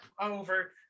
over